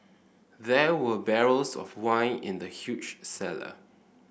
there were barrels of wine in the huge cellar